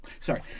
Sorry